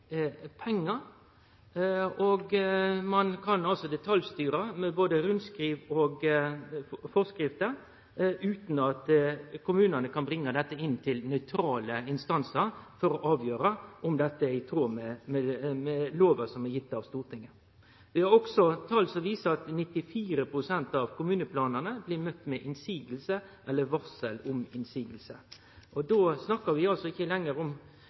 pengar, og ein kan detaljstyre med rundskriv og føresegner utan at kommunane kan ta dette inn til nøytrale instansar for å avgjere om det er i tråd med lovar gitt av Stortinget. Vi har òg tal som viser at 94 pst. av kommuneplanane blir møtte med innseiingar eller varsel om innseiing. Då snakkar vi altså ikkje lenger om